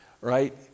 right